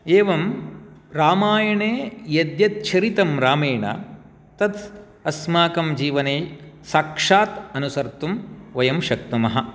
एवं रामायणे यद् यद् चरितं रामेण तद् अस्माकं जीवने साक्षात् अनुसर्तुं वयं शक्नुमः